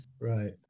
Right